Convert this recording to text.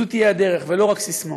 זו תהיה הדרך, ולא רק ססמאות.